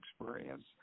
experience